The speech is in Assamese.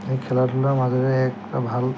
সেই খেলা ধূলাৰ মাজেৰে এটা ভাল